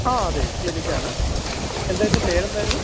ആ അതെ ക്ലിനിക്കാണ് എന്തായിരുന്നു പേരെന്തായിരുന്നു